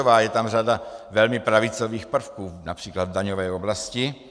Je tam řada velmi pravicových prvků, například v daňové oblasti.